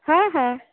हाँ हाँ